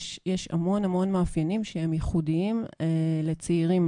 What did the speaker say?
יש המון המון מאפיינים שהם ייחודיים לצעירים.